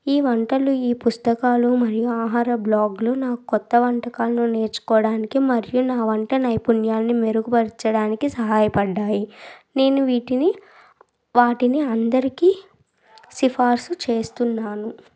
ఈ వంటలు ఈ పుస్తకాలు మరియు ఆహార బ్లాగ్లు నాకు కొత్త వంటకాలు నేర్చుకోవడానికి మరియు నా వంట నైపుణ్యాలని మెరుగుపరచడానికి సహాయపడినాయి నేను వీటిని వాటిని అందరికి సిఫార్సు చేస్తున్నాను